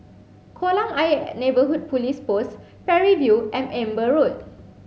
Kolam Ayer Neighbourhood Police Post Parry View and Amber Road